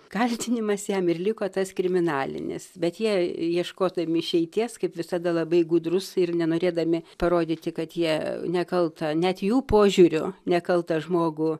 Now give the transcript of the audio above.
kaltinimas jam ir liko tas kriminalinis bet jei ieškotum išeities kaip visada labai gudrus ir nenorėdami parodyti kad jie nekalta net jų požiūrio nekaltą žmogų